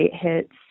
hits